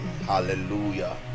Hallelujah